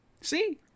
See